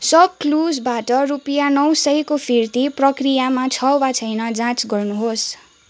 सपक्लुजबाट रुपियाँ नौ सयको फिर्ती प्रक्रियामा छ वा छैन जाँच गर्नुहोस्